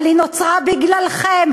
אבל היא נוצרה בגללכם,